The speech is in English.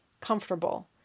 comfortable